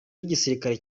w’igisirikare